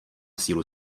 sílu